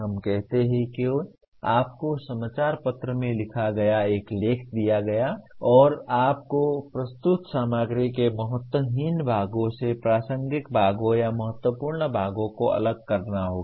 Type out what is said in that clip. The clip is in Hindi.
हम कहते हैं कि आपको समाचार पत्र में लिखा गया एक लेख दिया गया है और अब आपको प्रस्तुत सामग्री के महत्वहीन भागों से प्रासंगिक भागों या महत्वपूर्ण भागों को अलग करना होगा